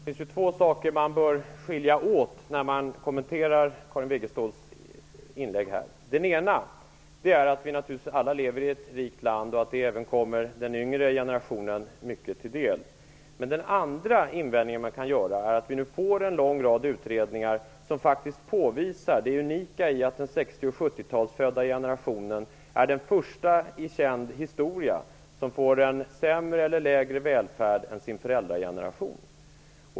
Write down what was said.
Herr talman! Det finns två saker man bör skilja åt när man kommenterar Karin Wegeståls inlägg. Den ena är att vi naturligtvis alla lever i ett rikt land och att mycket av det även kommer den yngre generationen till del. Men den andra invändningen man kan göra är att vi nu får en lång rad utredningar som faktiskt påvisar det unika i att den 60 och 70-talsfödda generationen är den första i känd historia som får en lägre välfärd än sin föräldrageneration.